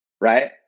Right